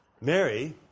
Mary